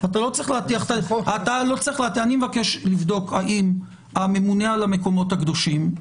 אתה לא צריך להטיח אני מבקש לבדוק האם הממונה על המקומות הקדושים,